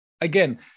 Again